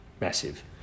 massive